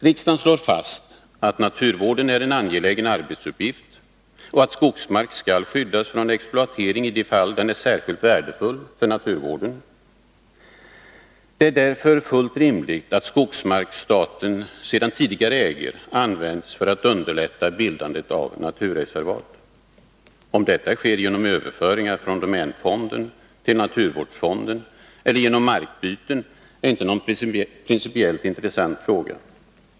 Riksdagen slår fast att naturvården är en angelägen arbetsuppgift och att skogsmark skall skyddas från exploatering i de fall den är särskilt värdefull för naturvården. Det är därför fullt rimligt att skogsmark som staten redan tidigare äger används för att underlätta bildande av naturreservat. Om detta sker genom överföringar från domänfonden till naturvårdsfonden eller genom markbyten är inte någon principiellt intressant fråga.